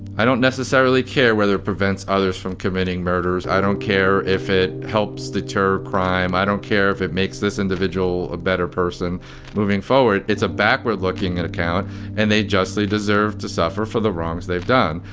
i don't necessarily care whether it prevents others from committing murders. i don't care if it helps deter crime. i don't care if it makes this individual a better person moving forward. it's a backward looking at account and they justly deserved to suffer for the wrongs they've done.